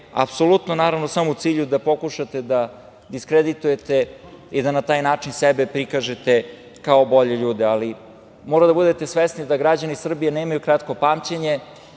saradnike, a samo u cilju da pokušate da diskreditujete i da na taj način sebe prikažete kao bolje ljude. Morate biti svesni da građani Srbije nemaju kratko pamćenje,